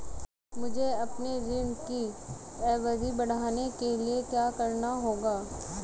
मुझे अपने ऋण की अवधि बढ़वाने के लिए क्या करना होगा?